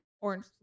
orange